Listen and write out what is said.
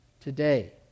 today